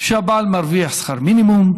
כשהבעל מרוויח שכר מינימום,